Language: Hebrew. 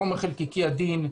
חומר חלקיקי עדין,